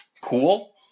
cool